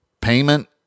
Payment